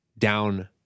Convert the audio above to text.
down